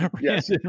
Yes